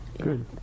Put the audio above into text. good